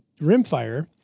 rimfire